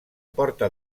porta